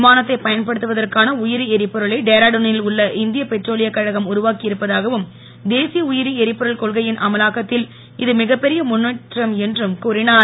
விமானத்தை பயன்படுத்துவதற்கான உயிரி எரிபொருளை டேராடுனில் உள்ள இந்திய பெட்ரோலியக் கழகம் உருவாக்கி இருப்பதாகவும் தேசிய உயிரி எரிபொருள் கொள்கையின் அமலாக்கத்தில் இது மிகப்பெரிய முன்னேற்றம் என்றும் கூறினார்